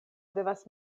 devas